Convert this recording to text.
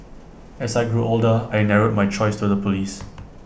as I grew older I narrowed my choice to the Police